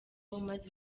umaze